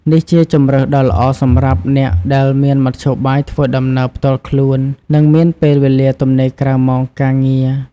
នេះជាជម្រើសដ៏ល្អសម្រាប់អ្នកដែលមានមធ្យោបាយធ្វើដំណើរផ្ទាល់ខ្លួន និងមានពេលវេលាទំនេរក្រៅម៉ោងការងារ។